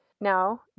Now